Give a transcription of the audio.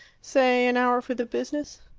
say an hour for the business.